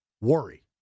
worry